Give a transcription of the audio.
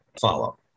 Follow